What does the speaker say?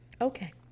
okay